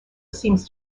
seems